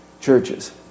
churches